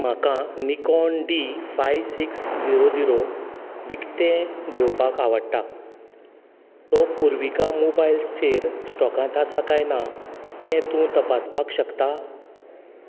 म्हाका Nikon D five six zero zero विकतें घेवपाक आवडटा तो पूर्विका मोबाईल्सचेर स्टॉकांत आसा कांय ना तें तूं तपासपाक शकता